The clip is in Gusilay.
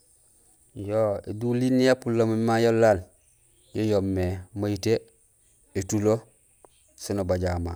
Yo éduliin ya pulomé mama yololaal yo yoomé mayité, étulo so nubajama.